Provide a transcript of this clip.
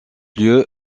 lieu